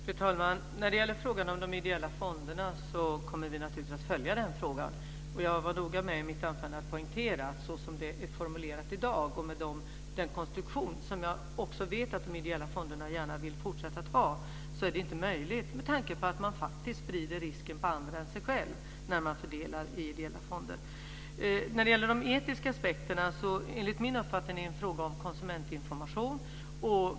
Fru talman! Vi kommer naturligtvis att följa frågan om de ideella fonderna. Jag var noga med att poängtera det i mitt anförande. Jag vet att de ideella fonderna gärna vill fortsätta med den konstruktion som finns i dag. Så som det är formulerat i dag innebär det att man sprider risken på andra än sig själv med ideella fonder. Kerstin-Maria Stalin tar också upp de etiska aspekterna. Enligt min uppfattning är det en fråga om konsumentinformation.